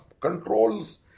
controls